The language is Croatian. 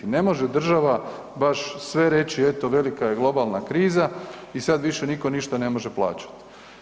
Ne može država baš sve reći eto velika je globalna kriza i sad više niko ništa ne može plaćati.